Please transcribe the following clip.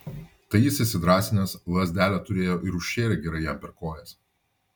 tai jis įsidrąsinęs lazdelę turėjo ir užšėrė gerai jam per kojas